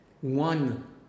one